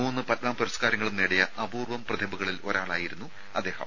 മൂന്ന് പത്മ പുരസ്കാരങ്ങളും നേടിയ അപൂർവ്വം പ്രതിഭകളിൽ ഒരാളായിരുന്നു അദ്ദേഹം